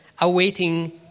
awaiting